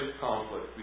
conflict